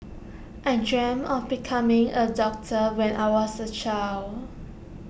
I dreamt of becoming A doctor when I was A child